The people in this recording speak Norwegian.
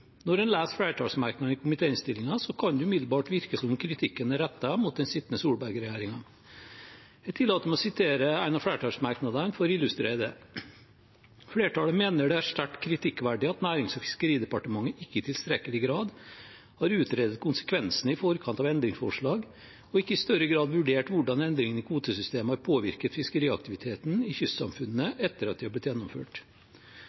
Når en leser flertallsmerknadene i komitéinnstillingen, kan det umiddelbart virke som om kritikken er rettet mot den sittende Solberg-regjeringen. Jeg tillater meg å sitere en av flertallsmerknadene for å illustrere det: «Flertallet mener det er sterkt kritikkverdig at Nærings- og fiskeridepartementet ikke i tilstrekkelig grad har utredet konsekvensene i forkant av endringsforslag, og ikke i større grad har vurdert hvordan endringene i kvotesystemet har påvirket fiskeriaktiviteten i